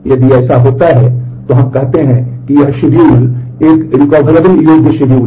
यदि ऐसा होता है तो हम कहते हैं कि यह शेड्यूल है